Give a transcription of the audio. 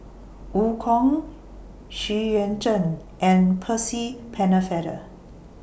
EU Kong Xu Yuan Zhen and Percy Pennefather